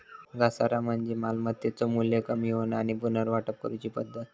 घसारा म्हणजे मालमत्तेचो मू्ल्य कमी होणा आणि पुनर्वाटप करूची पद्धत